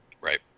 Right